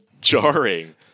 jarring